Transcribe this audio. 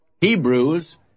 Hebrews